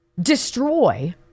destroy